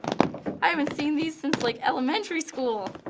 i haven't seen these since like elementary school.